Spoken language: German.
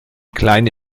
kleine